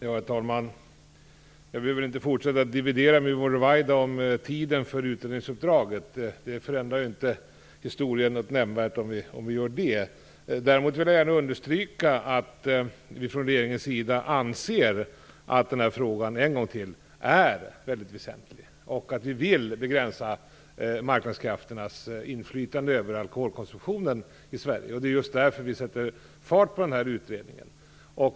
Herr talman! Jag behöver inte fortsätta dividera med Yvonne Ruwaida om tiden för utredningsuppdraget. Det förändrar inte historien nämnvärt. Däremot vill jag gärna återigen understryka att vi från regeringens sida anser att denna fråga är mycket väsentlig. Vi vill begränsa marknadskrafternas inflytande över alkoholkonsumtionen i Sverige. Det är just därför vi sätter fart på denna utredning.